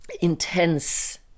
intense